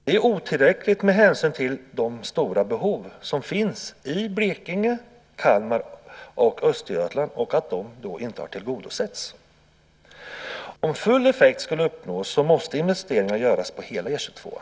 Det är otillräckligt med hänsyn till de stora behov som finns i Blekinge, Kalmar och Östergötland. De har inte tillgodosetts. Om full effekt ska uppnås måste investeringar göras på hela E 22.